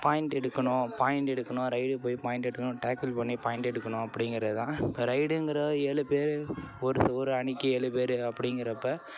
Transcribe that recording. point எடுக்கணும் point எடுக்கணும் raid போய் பாயிண்ட்டு எடுக்கணும் டேக்கில் பண்ணி பாயிண்ட்டு எடுக்கணும் அப்படிங்குறது தான் இப்போ ரைடுங்கிற ஏழு பேர் ஒரு ஒரு அணிக்கு ஏழு பேர் அப்படிங்குறப்ப